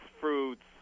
fruits